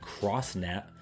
CrossNet